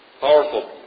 powerful